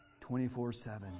24-7